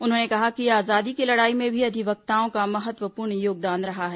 उन्होंने कहा कि आजादी की लड़ाई में भी अधिवक्ताओं का महत्वपूर्ण योगदान रहा है